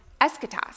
eschatos